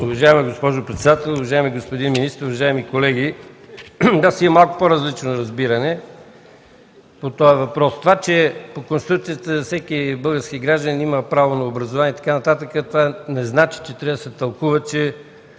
Уважаема госпожо председател. Уважаеми господин министър, уважаеми колеги, аз имам малко по-различно разбиране по този въпрос. Това, че по Конституция всеки български гражданин има право на образование и така нататък, не значи че трябва да се тълкува, че